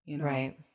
right